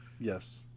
Yes